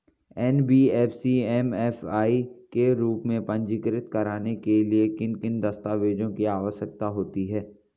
NBFC MFI के रूप में पंजीकृत कराने के लिए किन किन दस्तावेज़ों की आवश्यकता होती है?